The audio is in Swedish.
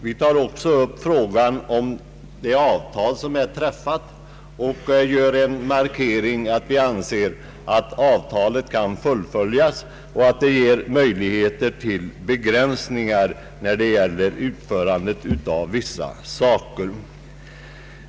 Vi tar också upp frågan om det avtal som är träffat och markerar att vi anser att avtalet kan fullföljas samt att det ger möjligheter till begränsningar i fråga om utförandet av vissa arbeten.